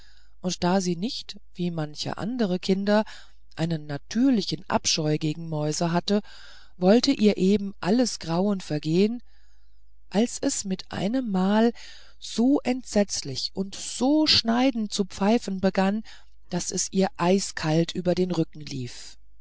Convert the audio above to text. und da sie nicht wie manche andere kinder einen natürlichen abscheu gegen mäuse hatte wollte ihr eben alles grauen vergehen als es mit einemmal so entsetzlich und so schneidend zu pfeifen begann daß es ihr eiskalt über den rücken lief